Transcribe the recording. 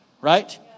Right